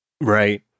Right